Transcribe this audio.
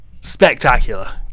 spectacular